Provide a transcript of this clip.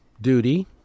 duty